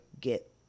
get